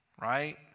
right